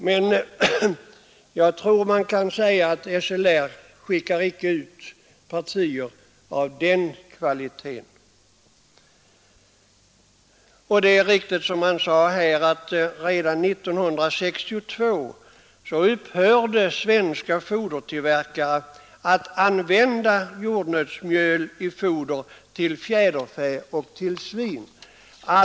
Men jag tror man kan säga att SLR icke skickar ut partier av den kvaliteten. Det är riktigt som man sagt här, att redan 1962 upphörde svenska fodertillverkare att använda jordnötsmjöl i foder till fjäderfä och till svin.